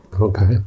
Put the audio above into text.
Okay